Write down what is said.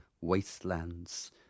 wastelands